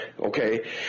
Okay